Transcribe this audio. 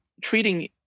treating